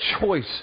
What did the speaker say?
choice